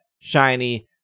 Shiny